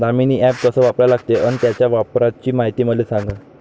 Damini app कस वापरा लागते? अन त्याच्या वापराची मायती मले सांगा